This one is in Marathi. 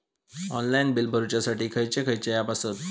ऑनलाइन बिल भरुच्यासाठी खयचे खयचे ऍप आसत?